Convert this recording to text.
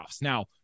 Now